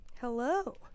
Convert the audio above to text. Hello